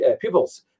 pupils